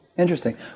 Interesting